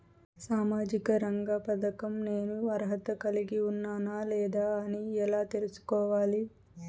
సామాజిక రంగ పథకం నేను అర్హత కలిగి ఉన్నానా లేదా అని ఎలా తెల్సుకోవాలి?